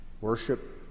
worship